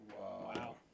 Wow